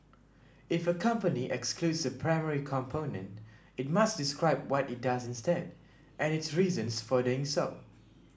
if a company excludes a primary component it must describe what it does instead and its reasons for doing so